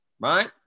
right